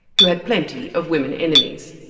who had plenty of women enemies.